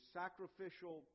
sacrificial